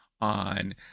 on